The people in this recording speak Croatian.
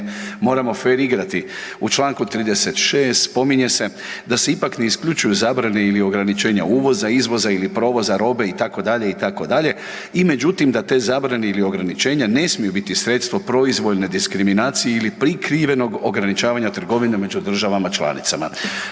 moramo fer igrati. U članku 36. spominje se da se ipak ne isključuju zabrane ili ograničenja uvoza, izvoza ili provoza robe itd., itd. i međutim da te zabrane ili ograničenja ne smiju biti sredstvo proizvoljne diskriminacije ili prikrivenog ograničavanja trgovine među državama članicama.